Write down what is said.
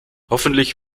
hoffentlich